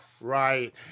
Right